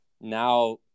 now